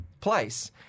place